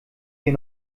wir